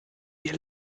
wir